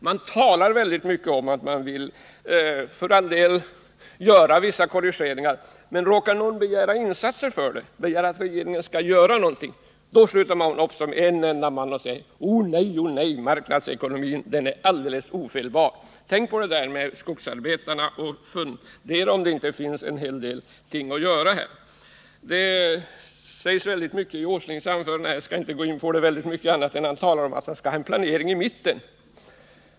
Man talar så mycket om att man vill göra vissa korrigeringar, men råkar någon begära att regeringen också skall göra något, då sluter man upp som en man och säger: ”Oh nej, marknadsekonomin är alldeles ofelbar.” Tänk på skogsarbetarna och fundera på om det inte finns en hel del att göra! Nils Åsling sade att han skall ha en planering i mitten.